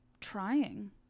trying